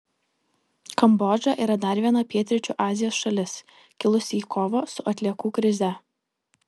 kambodža yra dar viena pietryčių azijos šalis kilusi į kovą su atliekų krize